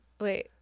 wait